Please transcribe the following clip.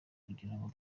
kugirango